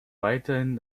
weiterhin